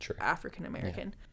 african-american